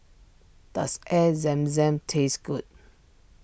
does Air Zam Zam taste good